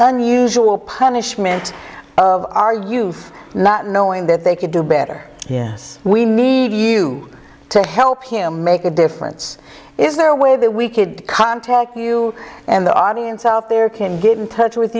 unusual punishment of our youth not knowing that they could do better yes we need you to help him make a difference is there a way that we could contact you and the audience out there can get in touch with